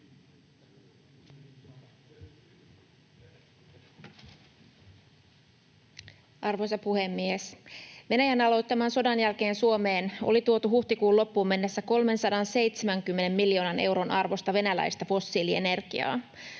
Arvoisa puhemies! Venäjän aloittaman sodan jälkeen Suomeen oli tuotu huhtikuun loppuun mennessä 370 miljoonan euron arvosta venäläistä fossiilienergiaa.